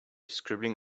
scribbling